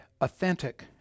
authentic